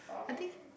I think